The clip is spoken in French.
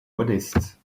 modeste